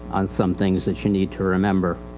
on some things that you need to remember.